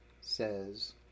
says